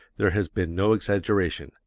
there has been no exaggeration,